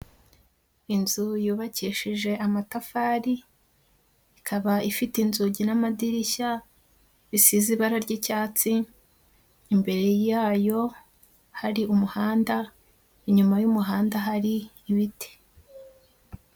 Inzu yubakishije amatafari, ikaba ifite inzugi n'amadirishya bisize ibara ry'icyatsi, imbere yayo hari umuhanda, inyuma y'umuhanda hari ibiti.